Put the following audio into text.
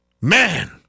Man